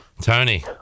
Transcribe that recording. Tony